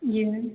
जी ma'am